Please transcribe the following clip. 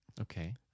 Okay